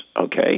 Okay